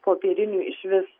popierinių išvis